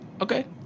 Okay